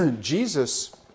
Jesus